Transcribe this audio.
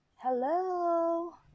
Hello